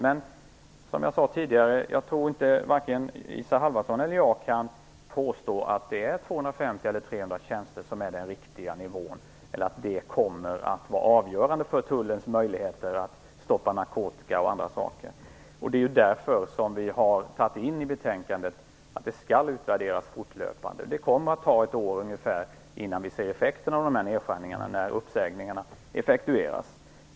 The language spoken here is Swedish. Men jag tror inte att varken Isa Halvarsson eller jag kan påstå att det är 250 eller 300 tjänster som är den riktiga nivån eller att det kommer att vara avgörande för Tullens möjligheter att stoppa narkotika och andra saker. Det är därför som vi har skrivit i betänkandet att det skall utvärderas fortlöpande. Det kommer att ta ett år ungefär innan vi ser effekterna av nedskärningarna när uppsägningarna effektueras.